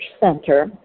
Center